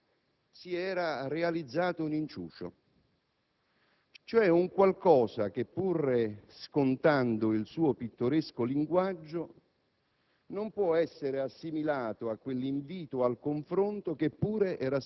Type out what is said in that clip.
«Io sto con i magistrati che lavorano e non con quelli che impediscono loro di lavorare o li criminalizzano». È un proclama del ministro Di Pietro,